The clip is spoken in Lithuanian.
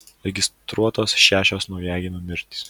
registruotos šešios naujagimių mirtys